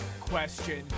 question